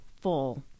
full